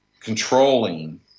controlling